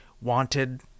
wanted